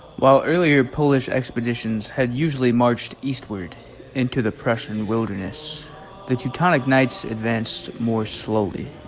while earlier polish expeditions had usually marched eastward into the pression wilderness the teutonic knights advanced more slowly